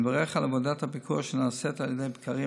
אני מברך על עבודת הפיקוח שנעשית על ידי בקרים,